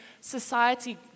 society